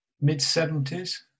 mid-70s